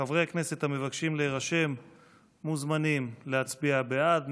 חברי כנסת המבקשים להירשם מוזמנים להצביע בעד.